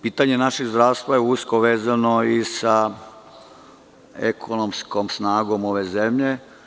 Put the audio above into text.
Pitanje našeg zdravstva je usko vezano i sa ekonomskom snagom ove zemlje.